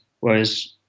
Whereas